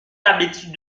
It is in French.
l’habitude